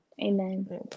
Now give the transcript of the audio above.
Amen